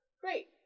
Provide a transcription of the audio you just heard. Great